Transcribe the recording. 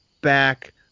back